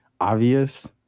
obvious